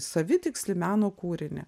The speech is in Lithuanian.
savitikslį meno kūrinį